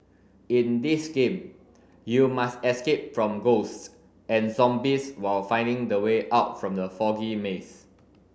in this game you must escape from ghosts and zombies while finding the way out from the foggy maze